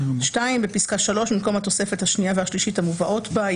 (2) בפסקה (3) במקום התוספת השנייה והשלישית המובאות בה,